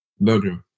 Burger